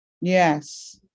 Yes